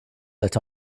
that